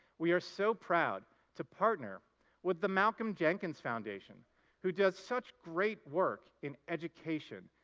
we are so proud to partner with the malcolm jenkins foundation who does such great work in education,